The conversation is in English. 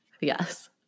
Yes